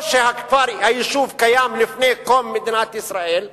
או שהיישוב קיים לפני קום מדינת ישראל,